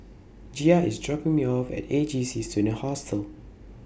Gia IS dropping Me off At A J C Student Hostel